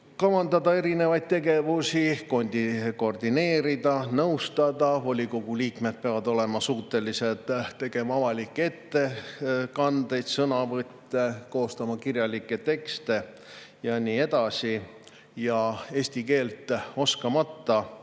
kavandada erinevaid tegevusi, koordineerida ja nõustada. Volikogu liikmed peavad olema suutelised tegema avalikke ettekandeid, sõnavõtte, koostama kirjalikke tekste ja nii edasi. Eesti keelt oskamata